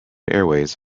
airways